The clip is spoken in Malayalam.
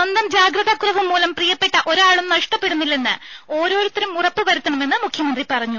സ്വന്തം ജാഗ്രതക്കുറവ് മൂലം പ്രിയപ്പെട്ട ഒരാളും നഷ്ടപ്പെടുന്നില്ല എന്ന് ഓരോരുത്തരും ഉറപ്പുവരുത്തണമെന്ന് മുഖ്യമന്ത്രി പറഞ്ഞു